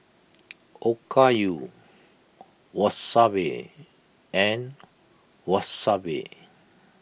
Okayu Wasabi and Wasabi